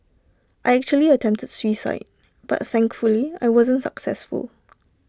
I actually attempted suicide but thankfully I wasn't successful